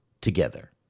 together